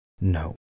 No